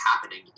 happening